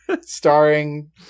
starring